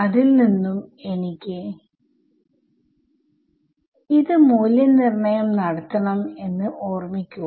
അതിൽ നിന്നും എനിക്ക് മൂല്യനിർണ്ണയം നടത്തണം എന്ന് ഓർമിക്കുക